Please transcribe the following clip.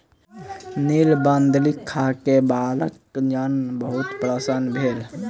नीलबदरी खा के बालकगण बहुत प्रसन्न भेल